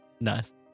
Nice